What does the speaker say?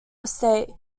estate